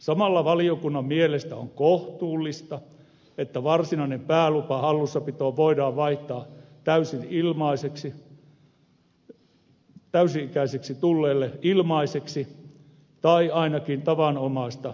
samalla valiokunnan mielestä on kohtuullista että varsinainen päälupa hallussapitoon voidaan vaihtaa täysi ikäiseksi tulleelle ilmaiseksi tai ainakin tavanomaista selvästi edullisemmin